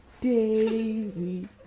Daisy